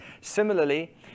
Similarly